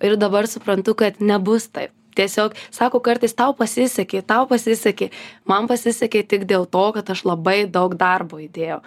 ir dabar suprantu kad nebus taip tiesiog sako kartais tau pasisekė tau pasisekė man pasisekė tik dėl to kad aš labai daug darbo įdėjau